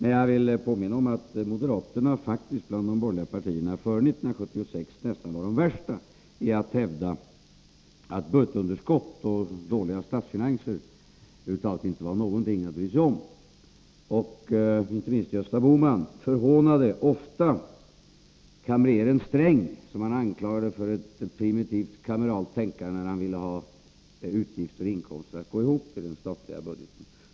Låt mig påminna om att moderaterna före år 1976 faktiskt var värst bland de borgerliga partierna när det gällde att hävda att budgetunderskott och dåliga statsfinanser över huvud taget inte var någonting att bry sig om. Inte minst Gösta Bohman förvånade ofta kamrer Sträng, som han anklagade för ett primitivt kameralt tänkande, när denne ville få utgifter och inkomster att gå ihop i den statliga budgeten.